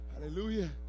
Hallelujah